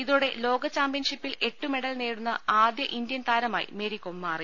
ഇതോടെ ലോകചാമ്പ്യൻഷിപ്പിൽ എട്ട് മെഡൽ നേടുന്ന ആദ്യ ഇന്ത്യൻ താരമായി മേരികോം മാറി